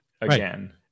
again